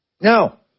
now